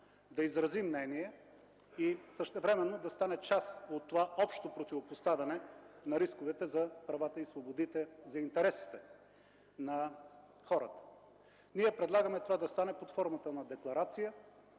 да изрази мнение и същевременно да стане част от това общо противопоставяне на рисковете за правата и свободите, за интересите на хората. Ние предлагаме това да стане под формата на декларация,